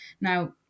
now